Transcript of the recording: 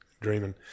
Dreaming